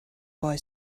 boy